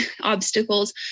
obstacles